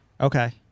Okay